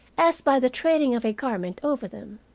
as by the trailing of a garment over them,